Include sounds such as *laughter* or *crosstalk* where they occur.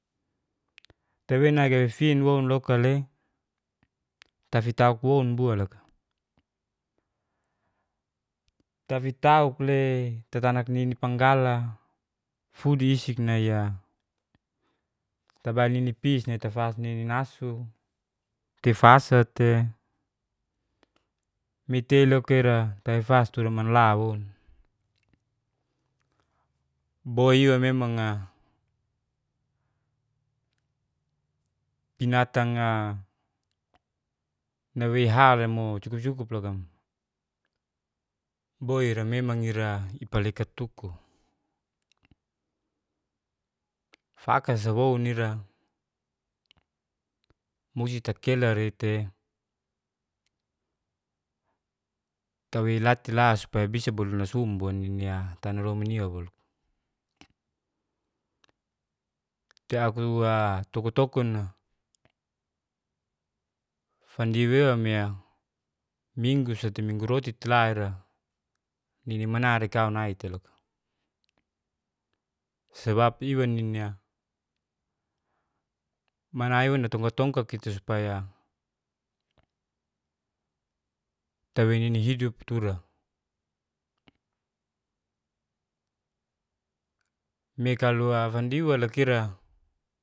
Tawei nagafin woun loka le tafitauk woun bualoka. Tafitau letatanak nini panggala fudiisik naya tabail ninipis natafas nininasu, tifasa tei. Mitei loka ira taifas tuda manla woun. Boiwa memang'a ingatang'a nawe haremo cukup-cukup boira memang ira ipalekat tuku. Fakasawo mosi takilari'tei, tawei latila supaya bisa bolu nasumbua nini'a tana lominia walo. *unintelligible* toko-tokon'a fandiwewa mea minggu satu minggu roti tei'la ira nini manari kau nai tei loka. Sabab iwanini'a mana iwa datongka-tongka kita supaya *hesitation* tawei nini hidup tura. Mekalu'a iwa lakira.